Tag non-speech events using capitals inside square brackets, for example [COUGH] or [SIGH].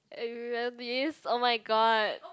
[NOISE] this oh-my-god